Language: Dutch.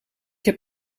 heb